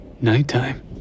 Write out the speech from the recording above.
Nighttime